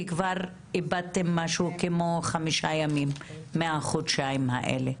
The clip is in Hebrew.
כי כבר איבדתם משהו כמו חמישה ימים מהחודשיים האלה,